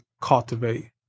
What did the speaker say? cultivate